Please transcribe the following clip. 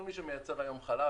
כל מי שמייצר היום חלב,